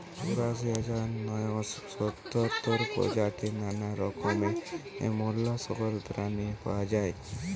চুরাশি হাজার নয়শ সাতাত্তর প্রজাতির নানা রকমের মোল্লাসকস প্রাণী পাওয়া যায়